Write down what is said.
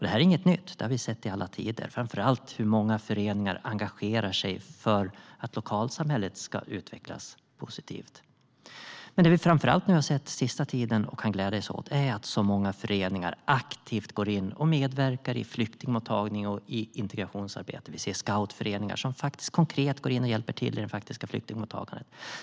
Detta är inget nytt; vi har sett det i alla tider, framför allt hur många föreningar engagerar sig för att lokalsamhället ska utvecklas positivt. Men det vi kan glädja oss åt den senaste tiden är att så många föreningar aktivt går in och medverkar i flyktingmottagning och integrationsarbetet. Vi ser scoutföreningar som hjälper till i det konkreta flyktingmottagandet.